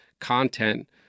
content